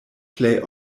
plej